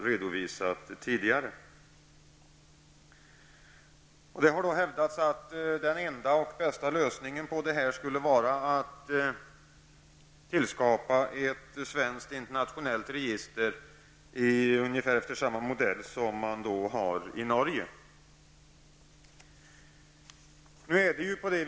Det har hävdats att den enda och bästa lösningen skulle vara att tillskapa ett svenskt internationellt register enligt ungefär samma modell som den som man har i Norge.